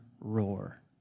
roar